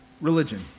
religion